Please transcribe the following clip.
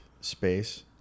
space